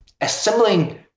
assembling